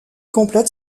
complète